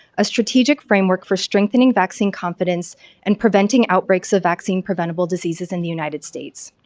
a strategic framework for strengthening vaccine confidence and preventing outbreaks of vaccine preventable diseases in the united states.